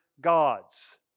gods